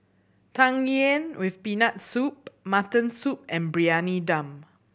Tang Yuen with Peanut Soup mutton soup and Briyani Dum